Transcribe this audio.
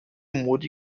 modi